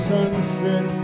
Sunset